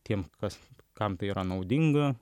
tiem kas kam tai yra naudinga